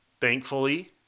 thankfully